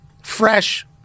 fresh